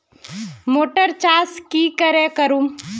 Motor चास की करे करूम?